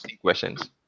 questions